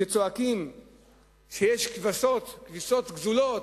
שצועקים שיש כבשות גזולות,